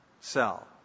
cell